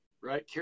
Right